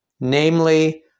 namely